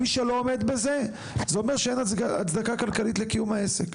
מי שלא עומד בזה זה אומר שאין הצדקה כלכלית לקיום העסק.